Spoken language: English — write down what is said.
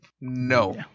No